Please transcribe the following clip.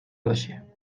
باشه